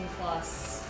plus